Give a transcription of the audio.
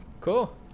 Cool